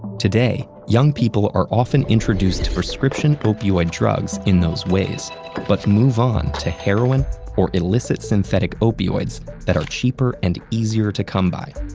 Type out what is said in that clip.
today, young people are often introduced to prescription opioid drugs in those ways but move on to heroin or illicit synthetic opioids that are cheaper and easier to come by.